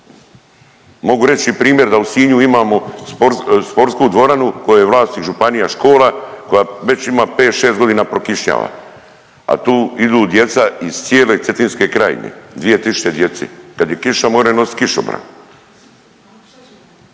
Mogu reći i primjer da u Sinju imamo sportsku dvoranu kojoj je vlasnik županija, škola koja već ima pet, šest godina prokišnjava, a tu idu djeca iz cijele Cetinske krajine 2000 djece. Kad je kiša moraju nositi kišobran